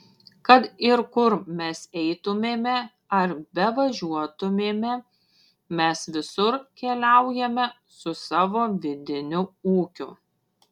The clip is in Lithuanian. kad ir kur mes eitumėme ar bevažiuotumėme mes visur keliaujame su savo vidiniu ūkiu